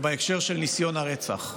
בהקשר של ניסיון הרצח.